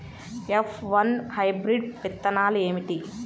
F one hybrid విత్తనాలు ఏమిటి?